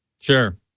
Sure